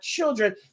children